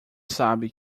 sabe